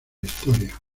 historia